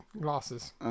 glasses